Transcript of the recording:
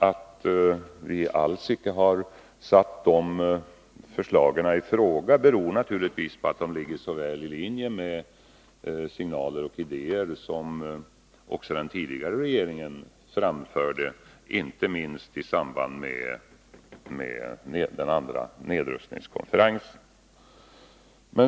Att vi alls icke har satt de förslagen i fråga beror naturligtvis på att de så väl ligger i linje med den tidigare regeringens signaler och ideér, inte minst med tanke på den andra nedrustningskonferensen.